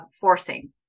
forcing